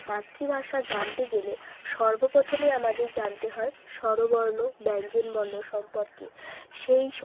মাতৃভাষা জানতে গেলে সর্বপ্রথমে আমাদের জানতে হয় স্বরবর্ণ ব্যঞ্জনবর্ণ সম্পর্কে সেই